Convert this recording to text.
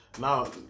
Now